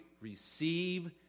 receive